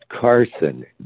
Carson